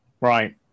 Right